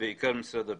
בעיקר משרד הפנים.